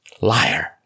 liar